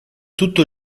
tutto